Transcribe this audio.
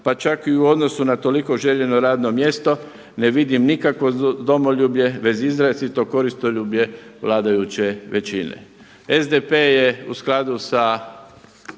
pa čak i u odnosu na toliko željeno radno mjesto ne vidim nikakvo domoljublje već izrazito koristoljublje vladajuće većine.